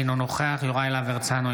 אינו נוכח יוראי להב הרצנו,